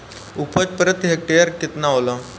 उपज प्रति हेक्टेयर केतना होला?